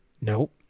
nope